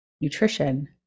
nutrition